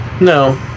No